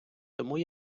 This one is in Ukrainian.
тому